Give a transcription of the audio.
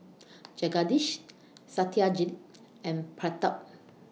Jagadish Satyajit and Pratap